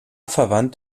verwandt